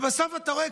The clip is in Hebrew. ובסוף אתה רואה,